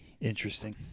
Interesting